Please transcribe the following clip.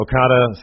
Okada